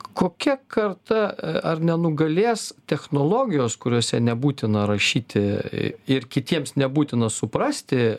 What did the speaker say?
kokia karta ar nenugalės technologijos kuriose nebūtina rašyti ir kitiems nebūtina suprasti